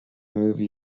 movie